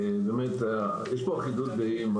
יש פה אחידות דעים.